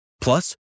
Plus